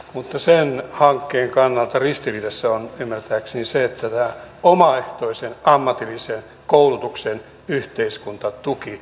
mutta sen hankkeen kannalta ristiriidassa on ymmärtääkseni se että tämä omaehtoisen ammatillisen koulutuksen yhteiskuntatuki ajetaan alas